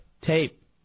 Tape